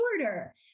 shorter